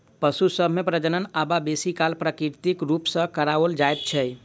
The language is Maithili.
पशु सभ मे प्रजनन आब बेसी काल अप्राकृतिक रूप सॅ कराओल जाइत छै